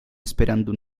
esperando